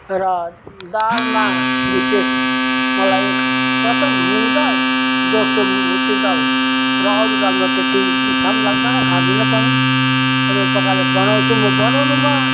र दालमा विशेष प्रथम मुङ दाल दोस्रो मुसुरी दाल र अरू दालमा त्यति इच्छा पनि लाग्दैन खाँदिन पनि र यो प्रकारले बनाउँछु म बनाउनुमा